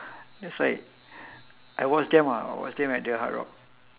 that's why I watch them ah I watch them at the hard rock